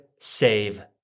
save